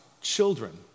children